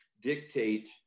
dictate